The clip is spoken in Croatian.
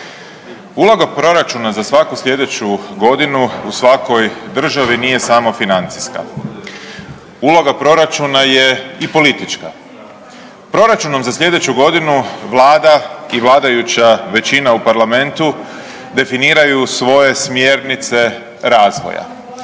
Uloga proračuna za svaku sljedeću godinu u svakoj državi nije samo financijska. Uloga proračuna je i politička. Proračunom za sljedeću godinu vlada i vladajuća većina u parlamentu definiraju svoje smjernice razvoja.